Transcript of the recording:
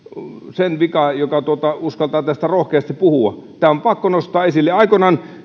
sen vika joka uskaltaa tästä rohkeasti puhua tämä on pakko nostaa esille aikoinaan